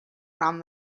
ran